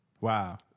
Wow